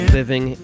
living